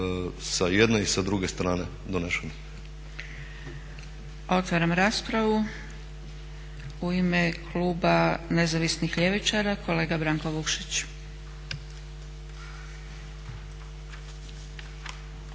sa jedne i sa druge strane